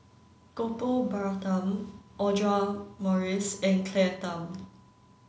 Gopal Baratham Audra Morrice and Claire Tham